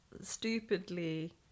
stupidly